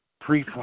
pre